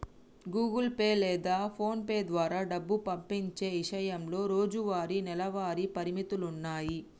Google Pay లేదా PhonePe ద్వారా డబ్బు పంపించే ఇషయంలో రోజువారీ, నెలవారీ పరిమితులున్నాయి